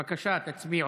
בבקשה, תצביעו,